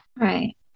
Right